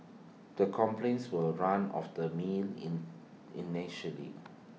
the complaints were run of the mill in initially